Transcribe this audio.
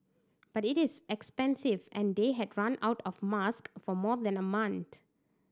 but it is expensive and they had run out of masks for more than a month